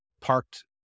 parked